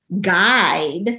guide